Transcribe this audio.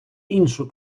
іншу